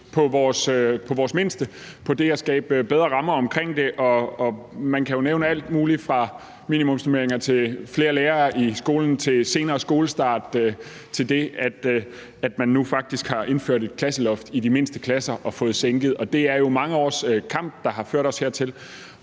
på vores mindste og på at skabe bedre rammer omkring dem. Man kan jo nævne alt muligt fra minimumsnormeringer til flere lærere i skolen, til senere skolestart, til det, at man nu faktisk har indført et klasseloft i de mindste klasser og fået det sænket. Det er jo mange års kamp, der har ført os hertil.